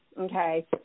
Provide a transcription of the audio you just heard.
okay